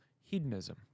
Hedonism